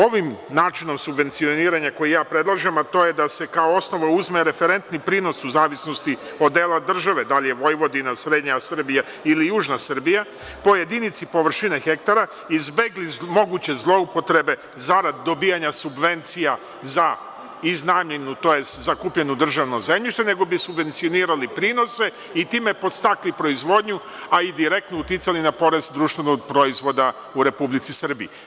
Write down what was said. Ovim načinom subvencioniranja koji ja predlažem, a to je da se kao osnova uzme referentni prinos u zavisnosti od dela države, da li je Vojvodina, srednja Srbija ili južna Srbija, po jedinici površine hektara, izbegli moguće zloupotrebe zarad dobijanja subvencija za iznajmljenu, tj. za kupljeno državno zemljište, nego bi subvencionirali prinose i time podstakli proizvodnju a i direktno uticali na porast društvenog proizvoda u Republici Srbiji.